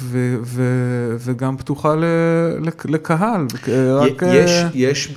ו..וגם פתוחה לקהל. רק, יש